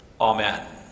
Amen